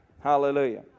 Hallelujah